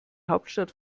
hauptstadt